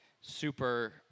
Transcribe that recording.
super